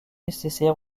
nécessaires